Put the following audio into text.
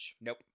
Nope